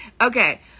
Okay